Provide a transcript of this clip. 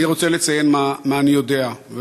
אני רוצה לציין מה אני יודע.